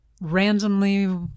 randomly